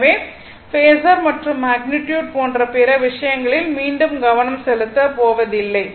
எனவே பேஸர் மற்றும் மேக்னிட்யுட் போன்ற பிற விஷயங்களில் மீண்டும் மீண்டும் கவனம் செலுத்த போவதில்லை